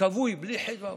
כבוי, בלי חדווה.